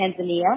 Tanzania